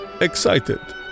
excited